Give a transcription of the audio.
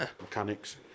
mechanics